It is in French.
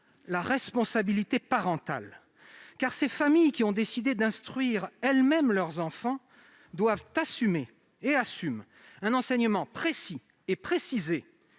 la responsabilité parentale, car les familles qui ont décidé d'instruire elles-mêmes leurs enfants doivent assumer et assument un enseignement précis et détaillé.